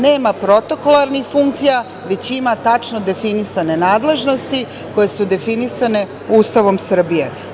Nema protokolarnih funkcija, već ima tačno definisane nadležnosti koje su definisane Ustavom Srbije.